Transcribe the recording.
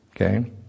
Okay